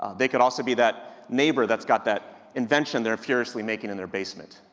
ah they could also be that neighbor that's got that invention they're furiously making in their basement.